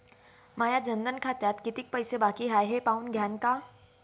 माया जनधन खात्यात कितीक पैसे बाकी हाय हे पाहून द्यान का?